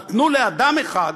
נתנו לאדם אחד,